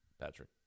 Patrick